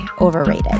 overrated